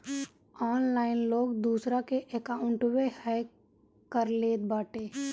online लोग दूसरा के अकाउंटवे हैक कर लेत बाटे